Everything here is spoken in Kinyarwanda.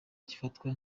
gifatwa